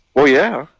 well, yeah.